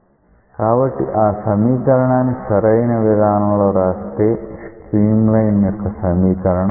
కాబట్టి ఆ సమీకరణాన్ని సరైన విధానంలో రాస్తే స్ట్రీమ్ లైన్ యొక్క సమీకరణం వస్తుంది